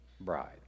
bride